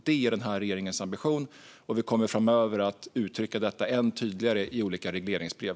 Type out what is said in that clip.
Detta är denna regerings ambition, och vi kommer framöver att uttrycka det än tydligare i bland annat olika regleringsbrev.